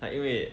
like 因为